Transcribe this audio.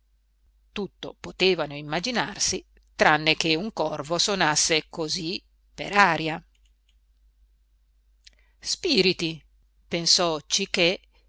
tutto potevano immaginarsi tranne che un corvo sonasse così per aria spiriti pensò cichè che